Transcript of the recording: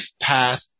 path